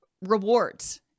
rewards